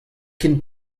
ken